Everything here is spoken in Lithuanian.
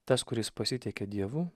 tas kuris pasitiki dievu